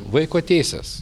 vaiko teises